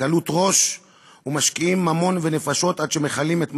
וקלות ראש "ומשקיעים ממון ונפשות עד שמכלים את ממונם,